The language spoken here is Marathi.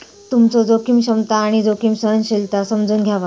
तुमचो जोखीम क्षमता आणि जोखीम सहनशीलता समजून घ्यावा